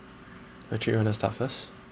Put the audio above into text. actually you want to start first